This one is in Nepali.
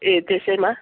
ए त्यसैमा